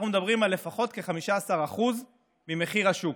אנחנו מדברים על לפחות כ-15% ממחיר השוק.